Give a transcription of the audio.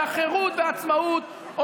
והחירות והעצמאות,